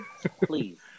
Please